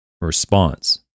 response